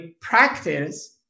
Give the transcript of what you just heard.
practice